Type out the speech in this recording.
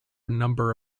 number